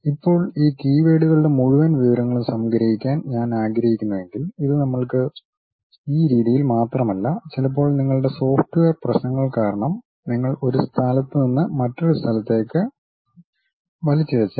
ഇപ്പോൾ ഈ കീവേഡുകളുടെ മുഴുവൻ വിവരങ്ങളും സംഗ്രഹിക്കാൻ ഞാൻ ആഗ്രഹിക്കുന്നുവെങ്കിൽ ഇത് നമ്മൾക്ക് ഈ രീതിയിൽ മാത്രമല്ല ചിലപ്പോൾ നിങ്ങളുടെ സോഫ്റ്റ്വെയർ പ്രശ്നങ്ങൾ കാരണം നിങ്ങൾ ഒരു സ്ഥലത്ത് നിന്ന് മറ്റൊരു സ്ഥലത്തേക്ക് വലിച്ചിഴച്ചേക്കാം